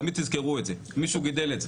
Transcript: מישהו גידל את זה.